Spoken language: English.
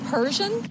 Persian